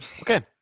okay